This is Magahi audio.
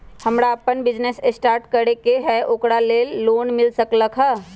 हमरा अपन बिजनेस स्टार्ट करे के है ओकरा लेल लोन मिल सकलक ह?